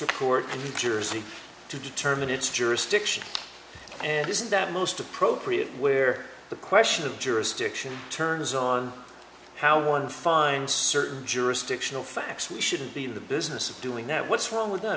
and jersey to determine its jurisdiction and this is that most appropriate where the question of jurisdiction turns on how one finds certain jurisdictional facts we shouldn't be in the business of doing that what's wrong with that i